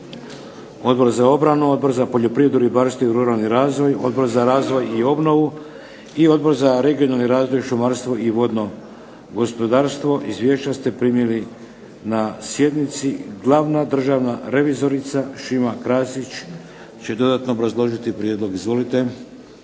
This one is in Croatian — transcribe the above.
Odbor za obranu, Odbor za poljoprivredu, ribarstvo i ruralni razvoj, Odbor za razvoj i obnovu i Odbor za regionalni razvoj, šumarstvo i vodno gospodarstvo. Izvješća ste primili na sjednici. Glavna državna revizorica Šima Krasić će dodatno obrazložiti prijedlog. Izvolite.